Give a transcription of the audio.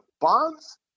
Bonds